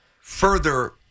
further